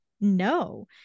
No